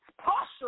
posture